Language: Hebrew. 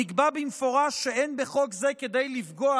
נקבע במפורש שאין בחוק זה כדי לפגוע